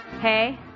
hey